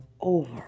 over